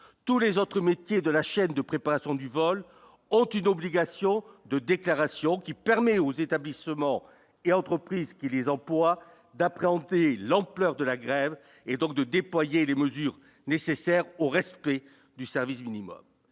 tous les autres métiers de la chaîne de préparation du vol ont une obligation de déclaration qui permet aux établissements et entreprises qui les emploient d'appréhender l'ampleur de la grève, et donc de déployer les mesures nécessaires au respect du service minimum